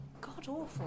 god-awful